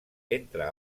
entre